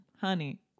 Honey